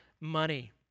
money